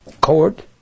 court